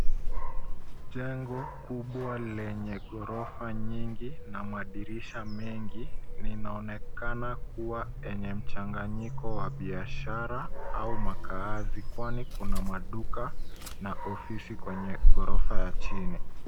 Jengo kubwa lenye ghorofa nyingi na madirisha mengi linaonekana kuwa yenye mchanganyiko wa biashara au makaazi kwani kuna maduka na ofisi kwenye ghorofa ya chini.